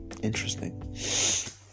interesting